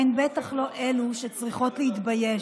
--- חבר הכנסת אמסלם,